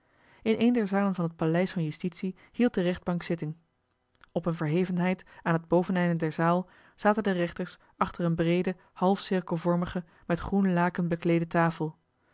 in een der zalen van het paleis van justitie hield de rechtbank zitting op eene verhevenheid aan het boveneinde der zaal zaten de rechters achter eene breede halfcirkelvormige met groen laken bekleede tafel